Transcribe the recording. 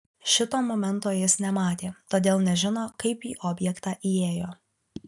šito momento jis nematė todėl nežino kaip į objektą įėjo